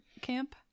camp